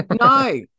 No